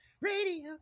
radio